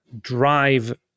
drive